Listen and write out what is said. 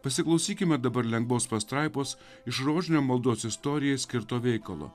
pasiklausykime dabar lengvos pastraipos iš rožinio maldos istorijai skirto veikalo